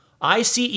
ICE